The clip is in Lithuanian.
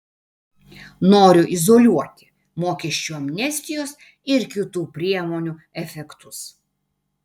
noriu izoliuoti mokesčių amnestijos ir kitų priemonių efektus